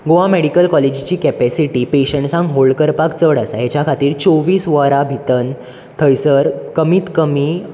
Goa medical कॉलेजीची capacity पेशंसांक hold करपाक चड आसा हेच्या खातीर चोवीस वरां भितन थंयसर कमीत कमी